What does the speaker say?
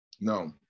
no